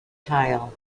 tile